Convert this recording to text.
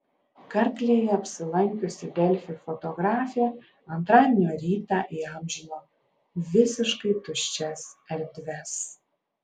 karklėje apsilankiusi delfi fotografė antradienio rytą įamžino visiškai tuščias erdves